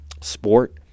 sport